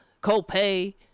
co-pay